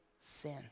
sin